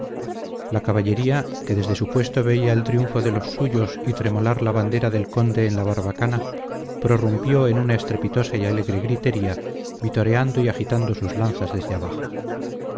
la caballería que desde su puesto veía el triunfo de los suyos y tremolar la bandera del conde en la barbacana prorrumpió en una estrepitosa y alegre gritería vitoreando y agitando sus lanzas desde abajo